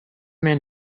man